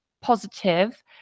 positive